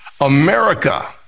America